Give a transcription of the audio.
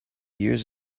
years